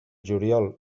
juliol